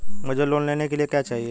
मुझे लोन लेने के लिए क्या चाहिए?